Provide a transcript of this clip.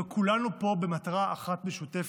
אבל כולנו פה במטרה אחת משותפת,